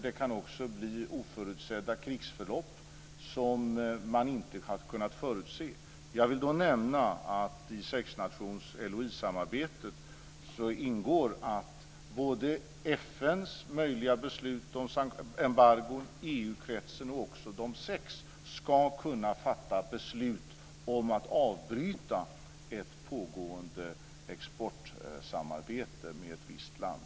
Det kan också bli oförutsedda krigsförlopp som man inte har kunnat förutse. Jag vill nämna att det i sexnations eller LOI samarbetet ingår FN:s möjliga beslut om embargon och att EU-kretsen och också de sex nationerna ska kunna fatta beslut om att avbryta ett pågående exportsamarbete med ett visst land.